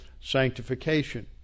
sanctification